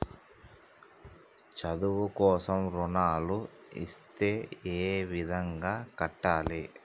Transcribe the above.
చదువు కోసం రుణాలు ఇస్తే ఏ విధంగా కట్టాలి?